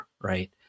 Right